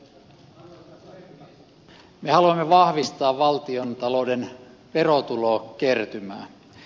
me haluamme vah vistaa valtiontalouden verotulokertymää